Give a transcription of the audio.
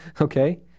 Okay